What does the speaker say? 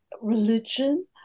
religion